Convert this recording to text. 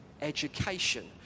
education